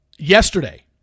yesterday